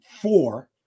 four